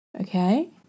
okay